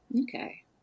Okay